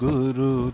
Guru